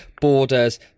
borders